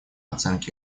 оценки